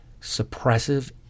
suppressive